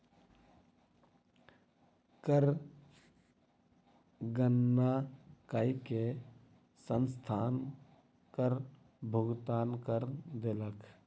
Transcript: कर गणना कय के संस्थान कर भुगतान कय देलक